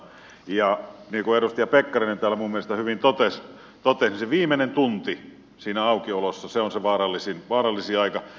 niin kuin edustaja pekkarinen täällä minun mielestäni hyvin totesi se viimeinen tunti siinä aukiolossa on se vaarallisin aika